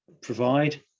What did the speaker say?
provide